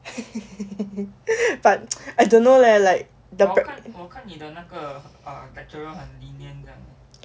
but I don't know leh like the pra~